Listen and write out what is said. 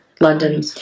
London